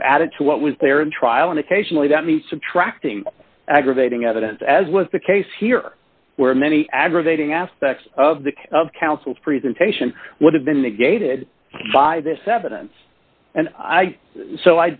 you added to what was there in trial and occasionally that means subtracting aggravating evidence as was the case here where many aggravating aspects of the counsel's presentation would have been negated by this evidence and i so